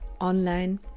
online